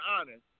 honest